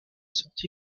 sorti